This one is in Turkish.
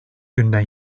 günden